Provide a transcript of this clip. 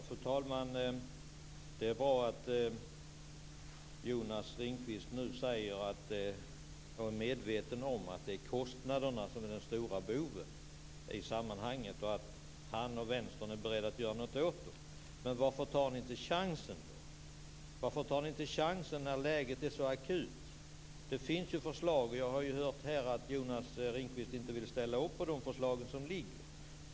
Fru talman! Det är bra att Jonas Ringqvist nu säger att han är medveten om att det är kostnaderna som är den stora boven i sammanhanget och att han och Vänstern är beredda att göra något åt dem. Men varför tar ni då inte chansen när läget är så akut? Det finns ju förslag, men jag har hört här att Jonas Ringqvist inte vill ställa upp på de liggande förslagen.